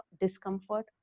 discomfort